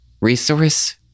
resource